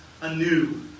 anew